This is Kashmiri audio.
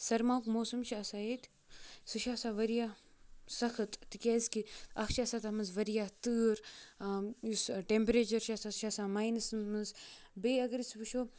سَرماہُک موسَم چھِ آسان ییٚتہِ سُہ چھِ آسان واریاہ سخت تِکیٛازِکہِ اَکھ چھِ آسان تَتھ منٛز واریاہ تۭر یُس ٹیٚمپریچَر چھِ آسان سُہ چھِ آسان مَینَسَس منٛز بیٚیہِ اگر أسۍ وٕچھو